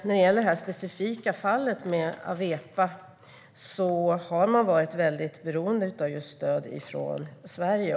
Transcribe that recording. När det gäller det specifika fallet med Awepa har man varit beroende av stöd från Sverige.